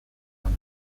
onak